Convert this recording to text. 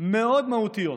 מאוד מהותיות.